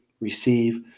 receive